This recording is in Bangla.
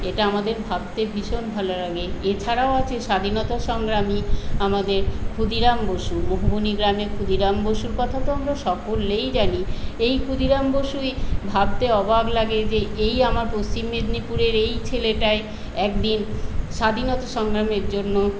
এটা আমাদের ভাবতে ভীষণ ভালো লাগে এছাড়াও আছে স্বাধীনতা সংগ্রামী আমাদের ক্ষুদিরাম বসু মহুবনী গ্রামের ক্ষুদিরাম বসুর কথা তো আমরা সকলেই জানি এই ক্ষুদিরাম বসুই ভাবতে অবাক লাগে যে এই আমার পশ্চিম মেদিনীপুরের এই ছেলেটাই একদিন স্বাধীনতা সংগ্রামের জন্য